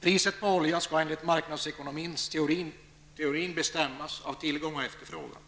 Priset på olja skall enligt den marknadsekonomiska teorin bestämmas av tillgång och efterfrågan.